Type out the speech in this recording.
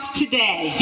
today